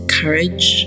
courage